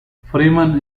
freeman